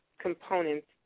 components